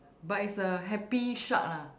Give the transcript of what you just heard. but it's a happy shark lah